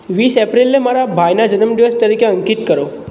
વીસ એપ્રિલને મારા ભાઈના જન્મદિવસ તરીકે અંકિત કરો